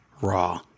raw